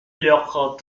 leurs